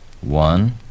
One